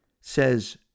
Says